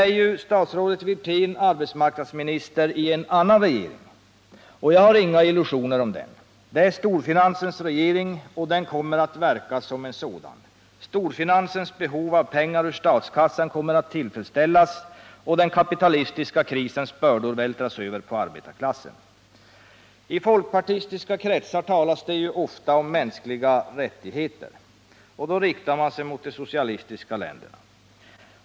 Rolf Wirtén är nu arbetsmarknadsminister i en annan regering. Jag har inga illusioner om den. Det är storfinansens regering och den kommer att verka som en sådan. Storfinansens behov av pengar ur statskassan kommer att tillfredsställas och den kapitalistiska krisens bördor vältras över på arbetarklassen. I folkpartistiska kretsar talas det ofta om mänskliga rättigheter. Då riktar man sig mot de socialistiska länderna.